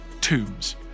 tombs